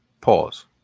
Pause